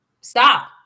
Stop